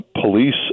police